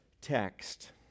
text